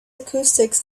acoustics